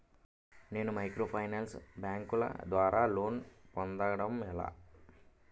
నేను మైక్రోఫైనాన్స్ బ్యాంకుల ద్వారా లోన్ పొందడం ఎలా?